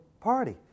party